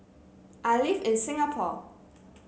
I live in Singapore